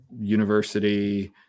university